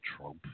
Trump